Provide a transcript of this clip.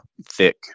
thick